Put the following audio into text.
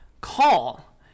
Call